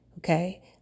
Okay